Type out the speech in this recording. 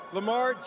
Lamar